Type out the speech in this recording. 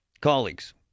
Colleagues